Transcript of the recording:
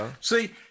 See